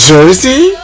Jersey